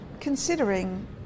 considering